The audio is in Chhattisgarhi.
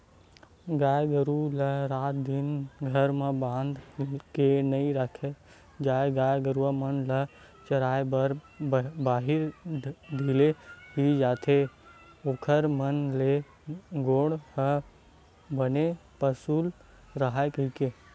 गाय गरु ल रात दिन घर म बांध के नइ रखे जाय गाय गरुवा मन ल चराए बर बाहिर ढिले ही जाथे ओखर मन के गोड़ ह बने पसुल राहय कहिके